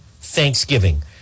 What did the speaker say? thanksgiving